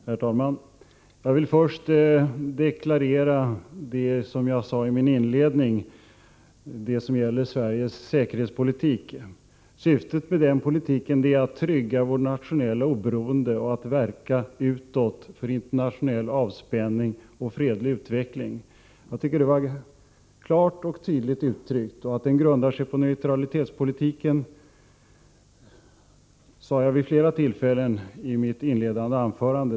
Herr talman! Jag vill först upprepa vad jag deklarerade i mitt inledningsanförande angående Sveriges säkerhetspolitik. Syftet med den politiken är att trygga vårt nationella oberoende och att verka utåt för internationell avspänning och fredlig utveckling. Jag tycker att det var klart och tydligt uttryckt. Att detta grundar sig på neutralitetspolitiken sade jag vid flera tillfällen i mitt inledande anförande.